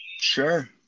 sure